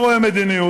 אני לא רואה מדיניות,